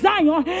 Zion